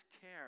care